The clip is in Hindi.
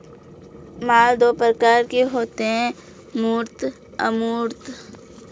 माल दो प्रकार के होते है मूर्त अमूर्त